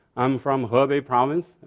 i'm from hebei province.